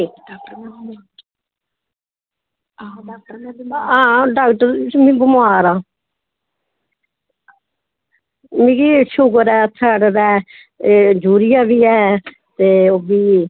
हां जी हां डाक्टर जी में बमार हां मिगी शूगर ऐ थाईराईड ऐ तोे यूरिया बी ऐ ते ओह् बी